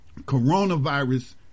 coronavirus